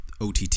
OTT